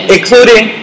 Including